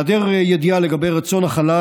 בהיעדר ידיעה לגבי רצון החלל,